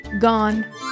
gone